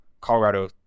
Colorado